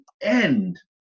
end